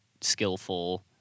skillful